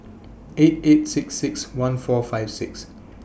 eight eight six six one four five six